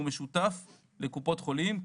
שהוא משותף לכל קופות החולים.